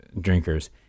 drinkers